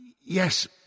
Yes